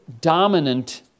dominant